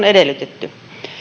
edellyttänyt